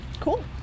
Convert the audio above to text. Cool